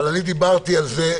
אבל אני דיברתי על זה,